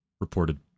reported